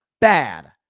bad